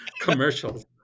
commercials